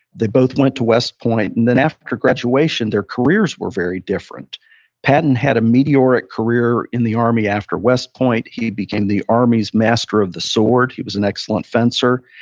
they both went to west point. and then after graduation, their careers were very different patton had a meteoric career in the army after west point. he became the army's master of the sword. he was an excellent fencer.